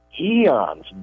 eons